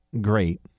great